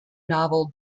novel